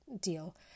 deal